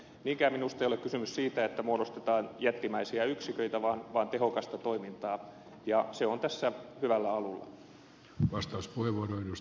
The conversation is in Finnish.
niinkään minusta ei ole kysymys siitä että muodostetaan jättimäisiä yksiköitä vaan siitä että syntyy tehokasta toimintaa ja se on tässä hyvällä alulla